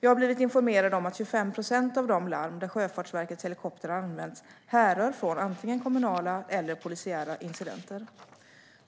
Jag har blivit informerad om att 25 procent av de larm där Sjöfartsverkets helikoptrar använts härrör från antingen kommunala eller polisiära incidenter.